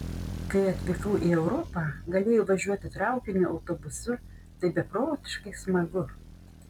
kai atvykau į europą galėjau važiuoti traukiniu autobusu tai beprotiškai smagu